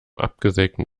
absägten